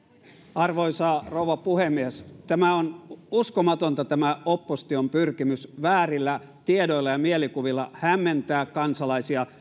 arvoisa rouva puhemies tämä on uskomatonta tämä opposition pyrkimys väärillä tiedoilla ja mielikuvilla hämmentää kansalaisia